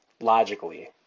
logically